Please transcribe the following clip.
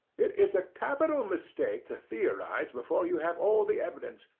it is a capital mistake to theorize before you have all the evidence.